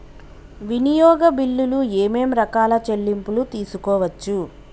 వినియోగ బిల్లులు ఏమేం రకాల చెల్లింపులు తీసుకోవచ్చు?